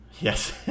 yes